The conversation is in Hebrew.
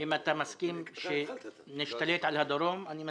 אם אתה מסכים שנשתלט על הדרום, אני מסכים.